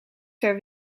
ter